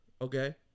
okay